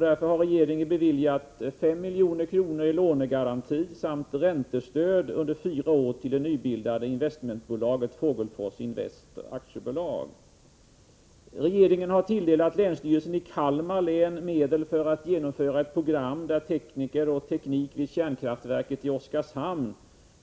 Därför har regeringen beviljat 5 milj.kr. i lånegaranti samt räntestöd under fyra år till det nybildade investmentbolaget Fogelfors-Invest AB. Regeringen har tilldelat länsstyrelsen i Kalmar län medel för att genomföra ett program där tekniker och teknik vid kärnkraftverket i Oskarshamn